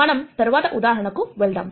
మనం తర్వాత ఉదాహరణకు వెళ్దాం